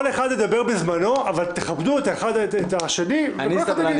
כל אחד ידבר בזמנו אבל תכבדו האחד את השני וכל אחד יגיד.